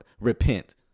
repent